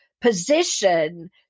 position